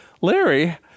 Larry